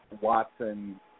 Watson